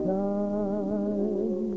time